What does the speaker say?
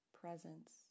presence